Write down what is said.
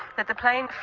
that the plane